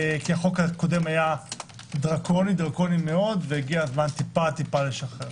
החוק הקודם היה דרקוני מאוד והגיע הזמן טיפה לשנות.